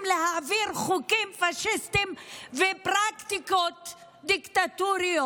להעביר חוקים פשיסטיים ופרקטיקות דיקטטוריות.